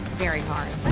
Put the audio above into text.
very hard.